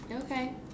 Okay